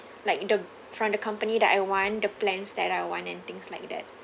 like the from the company that I want the plans that I want and things like that